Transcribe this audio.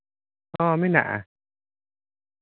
ᱦᱮᱸ ᱢᱮᱱᱟᱜᱼᱟ